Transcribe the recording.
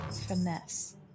finesse